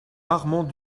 rarement